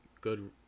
good